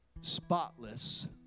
spotless